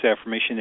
affirmation